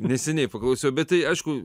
neseniai paklausiau bet tai aišku